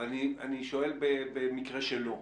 אבל אני שואל במקרה שלא,